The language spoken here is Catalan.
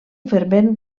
fervent